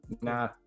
Nah